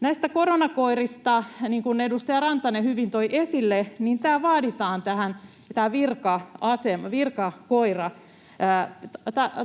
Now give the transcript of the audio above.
Näistä koronakoirista. Niin kuin edustaja Rantanen hyvin toi esille, tähän vaaditaan virka-asema. Virkakoira